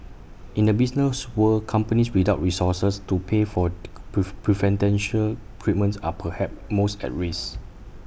in the business world companies without resources to pay for prove preferential treatment are perhaps most at risk